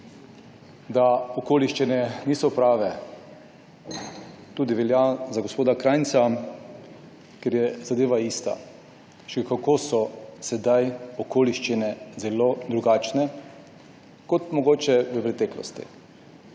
da okoliščine niso prave. Velja tudi za gospoda Krajnca, ker je zadeva ista. Še kako so sedaj okoliščine zelo drugačne, kot so mogoče bile v preteklosti.